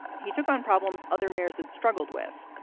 he took on problems other mayors had struggled with.